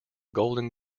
golden